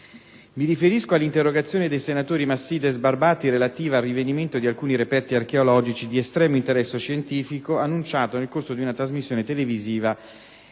Mi riferisco all'interrogazione dei senatori Massidda e Sbarbati relativa al rinvenimento di alcuni reperti archeologici di estremo interesse scientifico, annunciato nel corso di una trasmissione televisiva